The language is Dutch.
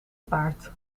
paard